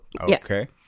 Okay